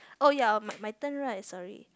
oh ya oh my my turn right sorry